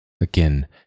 Again